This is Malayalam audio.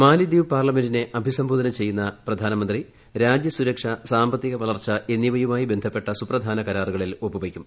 മാലദ്വീപ് പാർലമെന്റിനെ അഭിസംബോധന ക്ഷ്യിട്ടുന്ന പ്രധാനമന്ത്രി രാജ്യ സുരക്ഷ സാമ്പത്തിക വളർച്ച എന്നീപ്യു്മായി ബന്ധപ്പെട്ട സുപ്രധാന കരാറുകളിൽ ഒപ്പുവയ്ക്കും